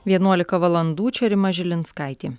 vienuolika valandų čia rima žilinskaitė